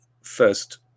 first